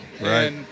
Right